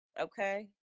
okay